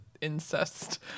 incest